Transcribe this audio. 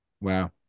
Wow